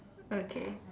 okay